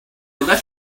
left